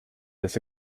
this